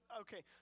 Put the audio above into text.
okay